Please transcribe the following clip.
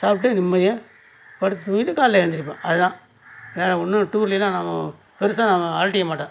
சாப்பிட்டு நிம்மதியாக படுத்து தூங்கிட்டு காலைல எழுந்திருப்பேன் அதுதான் நான் ஒன்னும் டூர்லேலாம் நான் பெருசாக நான் அலட்டிக்க மாட்டேன்